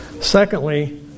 Secondly